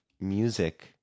music